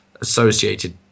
associated